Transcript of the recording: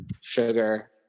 Sugar